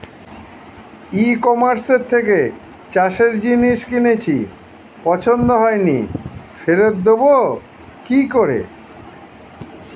ই কমার্সের থেকে চাষের জিনিস কিনেছি পছন্দ হয়নি ফেরত দেব কী করে?